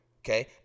okay